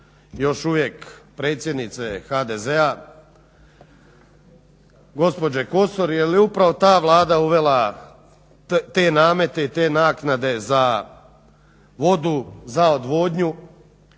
još uvijek predsjednice HZD-a, gospođe Kosor jer je upravo ta vlada uvela te namete i te naknade za vodu, za odvodnju,